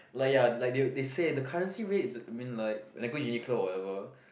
like ya like they say the currency rate is mean like like go Uniqlo or whatever